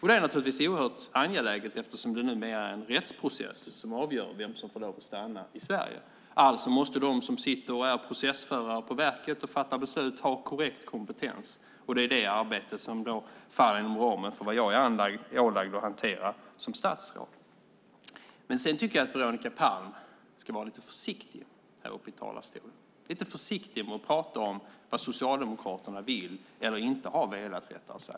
Det är oerhört angeläget, eftersom det numera är en rättsprocess som avgör vem som får lov att stanna i Sverige. Alltså måste de som är processförare på verket och fattar beslut ha korrekt kompetens. Det är det arbetet som faller inom ramen för det som jag är ålagd att hantera som statsråd. Sedan tycker jag att Veronica Palm ska vara lite försiktig med att tala om vad Socialdemokraterna vill eller inte har velat.